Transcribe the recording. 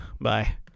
Bye